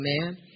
Amen